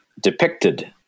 depicted